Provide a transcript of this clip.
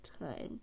time